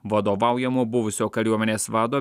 vadovaujama buvusio kariuomenės vado